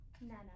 Nana